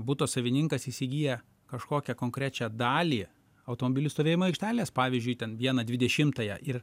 buto savininkas įsigyja kažkokią konkrečią dalį automobilių stovėjimo aikštelės pavyzdžiui ten vieną dvidešimtąją ir